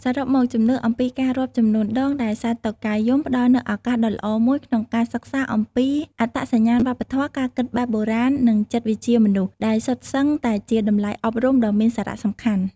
សរុបមក ជំនឿអំពីការរាប់ចំនួនដងដែលសត្វតុកែយំ ផ្តល់នូវឱកាសដ៏ល្អមួយក្នុងការសិក្សាអំពីអត្តសញ្ញាណវប្បធម៌ ការគិតបែបបុរាណ និងចិត្តវិទ្យាមនុស្ស ដែលសុទ្ធសឹងតែជាតម្លៃអប់រំដ៏មានសារៈសំខាន់។